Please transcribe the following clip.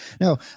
No